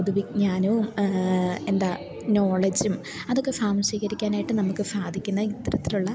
പൊതുവിജ്ഞാനവും എന്താണ് നോളഡ്ജും അതൊക്കെ സ്വാംശീകരിക്കാനായിട്ട് നമുക്ക് സാധിക്കുന്ന ഇത്തരത്തിലുള്ള